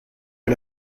que